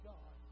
God